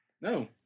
No